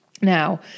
Now